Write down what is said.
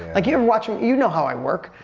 like, you ever watch me? you know how i work.